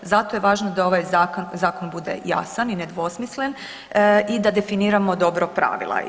Zato je važno da ovaj zakon bude jasan i nedvosmislen i da definiramo dobro pravila.